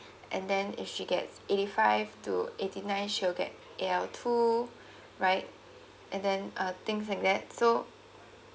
and then if she get eighty five to eighty nine she will get A_L two right and then uh things like that so